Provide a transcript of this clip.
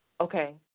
Okay